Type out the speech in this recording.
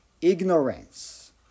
ignorance